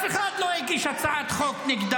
של נעליך מהישיבה הזו --- של נעליך מהישיבה --- אל תוציא את